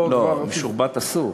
לא, משובט אסור.